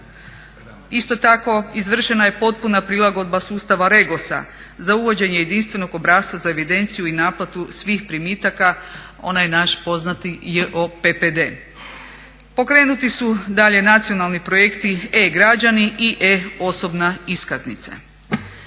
Isto tako izvršena je potpuna prilagodba sustava REGOS-a za uvođenje jedinstvenog obrasca za evidenciju i naplatu svih primitaka, onaj naš poznati JOPPD. Pokrenuti su dalje nacionalni projekti e-građani i e-osobna iskaznica.